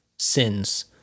sins